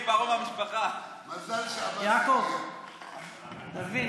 יעקב, תבין,